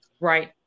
Right